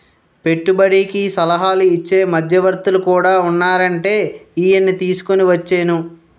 పెట్టుబడికి సలహాలు ఇచ్చే మధ్యవర్తులు కూడా ఉన్నారంటే ఈయన్ని తీసుకుని వచ్చేను